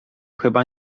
chyba